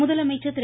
முதலமைச்சர் திரு